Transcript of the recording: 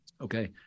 Okay